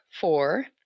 four